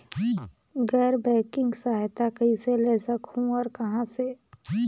गैर बैंकिंग सहायता कइसे ले सकहुं और कहाँ से?